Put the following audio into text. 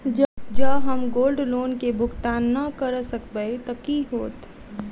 जँ हम gold loan केँ भुगतान न करऽ सकबै तऽ की होत?